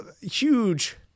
huge